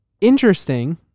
interesting